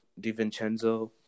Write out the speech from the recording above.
DiVincenzo